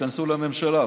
תיכנסו לממשלה,